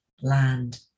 land